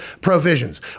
provisions